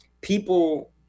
People